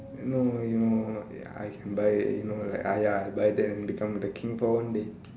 no you know I can buy you know like ah ya buy then become the king for one day